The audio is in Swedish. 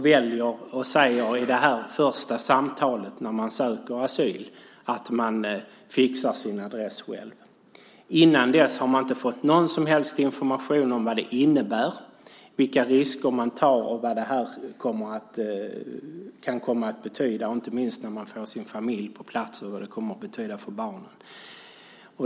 De säger i det första samtalet när de söker asyl att de fixar sin adress själva. Innan dess har de inte fått någon som helst information om vad det innebär, vilka risker de tar och vad det kan komma att betyda, inte minst när familjen kommer på plats, för barnen.